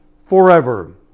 forever